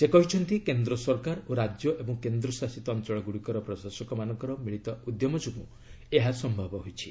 ସେ କହିଛନ୍ତି କେନ୍ଦ୍ର ସରକାର ଓ ରାଜ୍ୟ ଏବଂ କେନ୍ଦ୍ରଶାସିତ ଅଞ୍ଚଳଗୁଡ଼ିକର ପ୍ରଶାସକମାନଙ୍କର ମିଳିତ ଉଦ୍ୟମ ଯୋଗୁଁ ଏହା ସମ୍ଭବ ହୋଇଛି